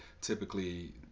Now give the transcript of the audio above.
typically